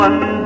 One